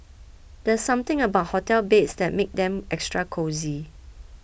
there's something about hotel beds that makes them extra cosy